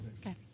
Okay